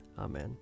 Amen